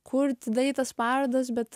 kurti daryt tas parodas bet